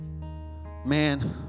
man